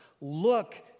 Look